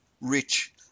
rich